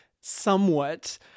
somewhat